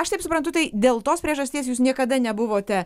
aš taip suprantu tai dėl tos priežasties jūs niekada nebuvote